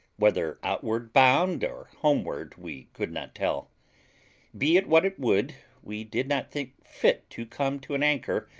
whether outward bound or homeward we could not tell be it what it would, we did not think fit to come to an anchor,